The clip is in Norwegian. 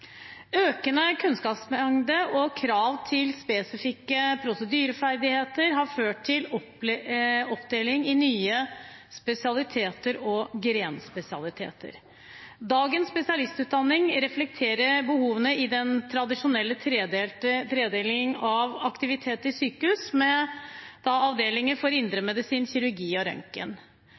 Økende kunnskapsmengde og krav til spesifikke prosedyreferdigheter har ført til oppdeling i nye spesialiteter og grenspesialiteter. Dagens spesialistutdanning reflekterer behovene i den tradisjonelle tredelingen av aktiviteten i sykehus, med avdelinger for indremedisin, kirurgi og